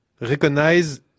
recognize